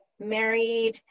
married